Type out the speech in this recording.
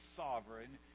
sovereign